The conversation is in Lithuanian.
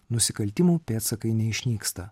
nusikaltimų pėdsakai neišnyksta